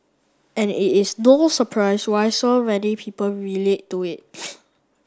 and it is no surprise why so many people relate to it